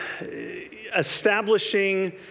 establishing